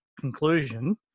conclusion